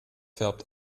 färbt